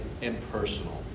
impersonal